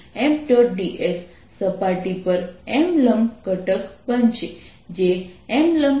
ds સપાટી પર M લંબ ઘટક બનશે જે MMcos છે